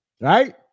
right